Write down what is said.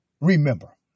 Remember